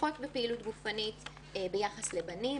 פחות בפעילות גופנית ביחס לבנים.